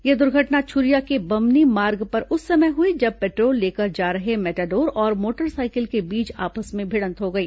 यह दुर्घटना छुरिया के बम्हनी मार्ग पर उस समय हुई जब पेट्रोल लेकर जा रहे मेटाडोर और मोटर सायकल के बीच आपस में भिंड़त हो गई